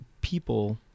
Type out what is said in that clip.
people